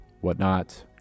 whatnot